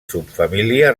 subfamília